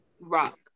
rock